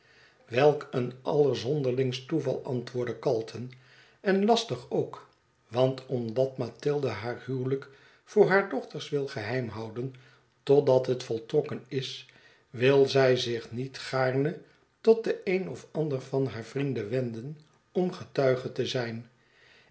weik een allerzonderlingst toeval antwoordde calton en lastig ook want omdat mathilde haar huwelijk voor haar dochters wil geheimhouden totdat het voltrokken is wil zij zich niet gaarne tot den een of ander van haar vrienden wenden om getuige te zijn